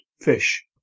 fish